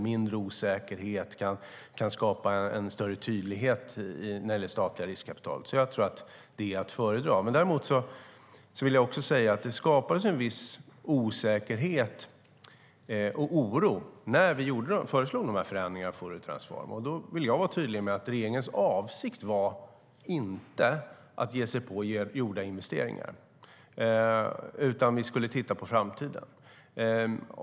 Mindre osäkerhet kan skapa en större tydlighet när det gäller det statliga riskkapitalet. Jag tror alltså att det är att föredra. Däremot vill jag säga att det skapades en viss osäkerhet och oro när vi föreslog förändringarna av Fouriertransform. Jag vill vara tydlig med att regeringens avsikt inte var att ge sig på gjorda investeringar, utan vi skulle titta på framtiden.